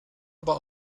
aber